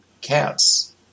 cats